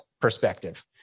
perspective